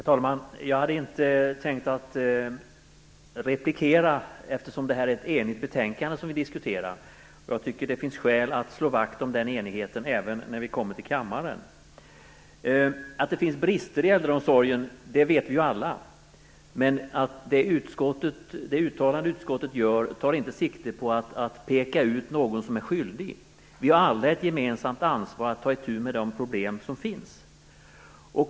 Herr talman! Jag hade inte tänkt att replikera eftersom det är ett enigt betänkande som vi diskuterar, och jag tycker att det finns skäl att slå vakt om den enigheten även när vi kommer till kammaren. Att det finns brister i äldreomsorgen vet vi alla. Men det uttalande som utskottet gör tar inte sikte på att peka ut någon som är skyldig. Vi har alla ett gemensamt ansvar att ta itu med de problem som finns.